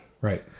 Right